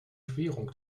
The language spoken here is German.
querung